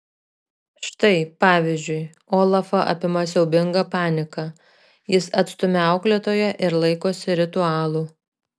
štai pavyzdžiui olafą apima siaubinga panika jis atstumia auklėtoją ir laikosi ritualų